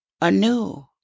anew